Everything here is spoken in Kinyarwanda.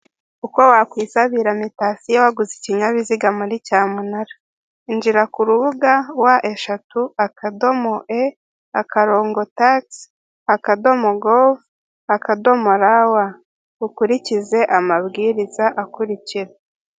Uko wakisabira mutation waguze ikinyabiziga muri cyamunara injira kurubuga wa eshatu akadomo e akarongo takisi akadomo govu akadomo rawa ukurikize amabwiriza akurikira.